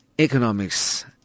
Economics